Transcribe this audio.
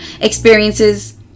experiences